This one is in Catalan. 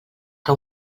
que